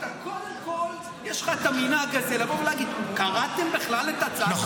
קודם כול יש לך את המנהג הזה לבוא ולהגיד: קראתם בכלל את הצעת החוק?